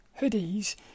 hoodies